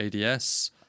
ADS